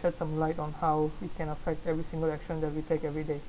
shed some light on how we can affect every single action that we take every day